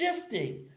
Shifting